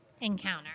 encounter